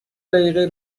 دقیقه